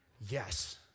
Yes